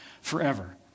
forever